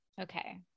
Okay